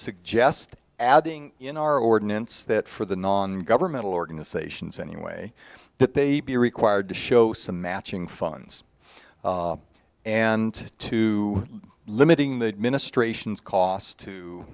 suggest adding in our ordinance that for the non governmental organizations any way that they be required to show some matching funds and to limiting the ministrations cost to